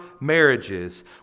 marriages